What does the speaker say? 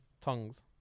tongues